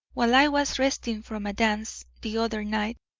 while i was resting from a dance the other night,